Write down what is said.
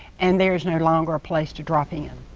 and there is no longer a place to drop in.